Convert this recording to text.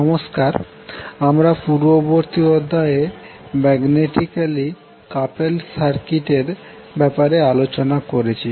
নমস্কার আমরা পূর্ববর্তী অধ্যায়ে ম্যাগনেটিকালী কাপেলড সার্কিটের ব্যাপারে আলোচনা করেছি